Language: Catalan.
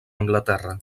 anglaterra